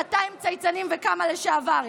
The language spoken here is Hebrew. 200 צייצנים וכמה לשעברים.